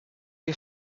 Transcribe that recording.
you